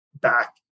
back